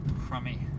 crummy